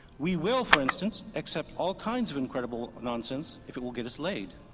we will for instance accept all kinds of incredible nonsense if it will get us laid,